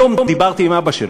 היום דיברתי עם אבא שלו.